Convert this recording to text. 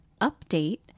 update